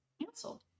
canceled